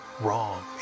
wrong